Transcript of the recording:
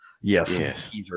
Yes